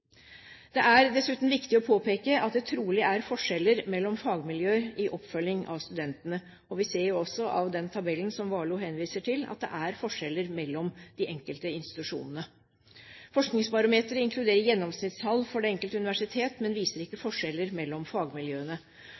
Det er dessuten viktig å påpeke at det trolig er forskjeller mellom fagmiljøer i oppfølgingen av studentene, og vi ser også av den tabellen Warloe henviser til, at det er forskjeller mellom de enkelte institusjonene. Forskningsbarometeret inkluderer gjennomsnittstall for det enkelte universitet, men viser ikke forskjeller mellom fagmiljøene.